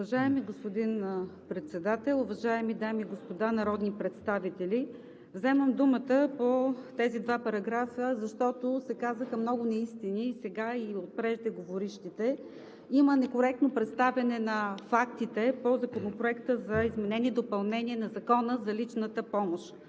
Уважаеми господин Председател, уважаеми дами и господа народни представители! Вземам думата по тези два параграфа, защото се казаха много неистини и сега, и от преждеговорившите. Има некоректно представяне на фактите по Законопроекта за изменение и допълнение на Закона за личната помощ.